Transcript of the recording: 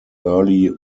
early